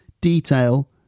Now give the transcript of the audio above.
detail